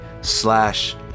slash